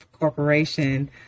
corporation